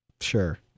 Sure